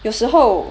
有时候